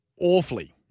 awfully